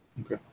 Okay